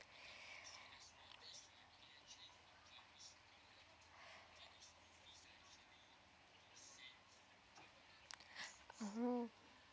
mm